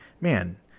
man